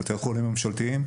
בתי החולים הממשלתיים,